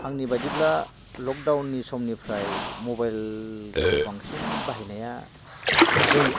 आंनि बायदिब्ला लकडाउननि समनिफ्राय मबेलखौ बांसिन बाहायनाया जादों